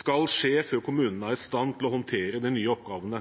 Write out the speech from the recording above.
skal skje før kommunene er i stand til å håndtere de nye oppgavene.